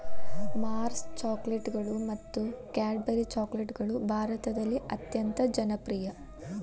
Mars ಚಾಕೊಲೇಟ್ಗಳು ಮತ್ತು Cadbury ಚಾಕೊಲೇಟ್ಗಳು ಭಾರತದಲ್ಲಿ ಅತ್ಯಂತ ಜನಪ್ರಿಯ